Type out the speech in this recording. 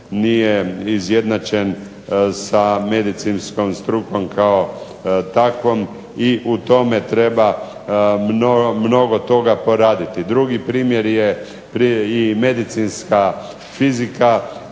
izjednačen sa medicinskom strukom kao takvom i u tome treba mnogo toga poraditi. Drugi primjer je i medicinska fizika,